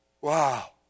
Wow